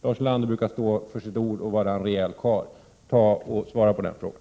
Lars Ulander brukar stå vid sitt ord och vara en rejäl karl. Var vänlig och svara på frågan!